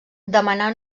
demanà